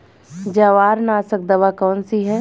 जवार नाशक दवा कौन सी है?